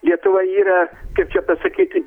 lietuva yra kaip čia pasakyti